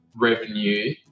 revenue